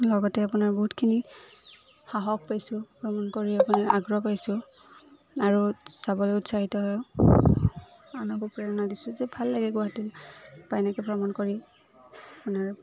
লগতে আপোনাৰ বহুতখিনি সাহস পাইছোঁ ভ্ৰমণ কৰি আপোনাৰ আগ্ৰহ পাইছোঁ আৰু চাবলৈ উৎসাহিত হয় আনেকো প্ৰেৰণা দিছোঁ যে ভাল লাগে গুৱাহাটী বা এনেকৈ ভ্ৰমণ কৰি আপোনাৰ